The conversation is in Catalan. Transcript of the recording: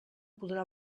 podrà